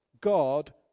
God